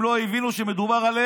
הם לא הבינו שמדובר עליהם?